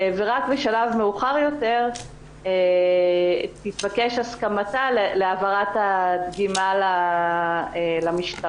ורק בשלב מאוחר יותר תתבקש הסכמתה להעברת הדגימה למשטרה.